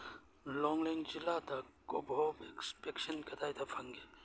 ꯂꯣꯡꯂꯦꯡ ꯖꯤꯂꯥꯗ Covovax vaccine ꯀꯗꯥꯏꯗ ꯐꯪꯒꯦ